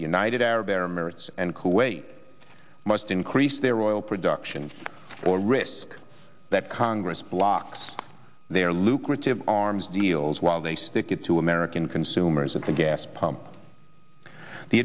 united arab emirates and kuwait must increase their oil production or risk that congress blocks their lucrative arms deals while they stick it to american consumers at the gas pump the